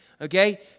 Okay